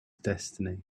destiny